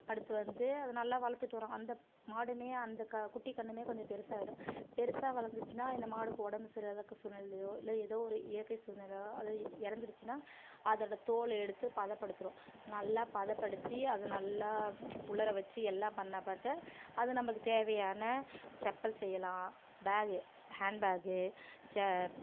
அடுத்து வந்து அதை நல்லா வளர்த்துட்டு வரோம் அந்த மாடுமே அந்த குட்டி கன்னுமே கொஞ்சம் பெருசாயிடும் பெருசா வளந்துச்சுன்னா இந்த மாட்டுக்கு உடம்பு சரி இல்லாத சூழ்நிலையிலையோ இல்லை எதோ ஒரு இயற்கை சூழ்நிலையிலோ அது இறந்துருச்சின்னா அதோடய தோலை எடுத்து பதப்படுத்துகிறோம் நல்லா பதப்படுத்தி அதை நல்லா உலர வச்சு எல்லாம் பண்ண பார்த்தா அது நம்மளுக்கு தேவையான செப்பல் செய்யலாம் பேகு ஹாண்ட்பேகு ச்சே